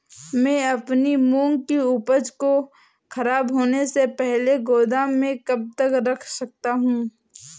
मैं अपनी मूंग की उपज को ख़राब होने से पहले गोदाम में कब तक रख सकता हूँ?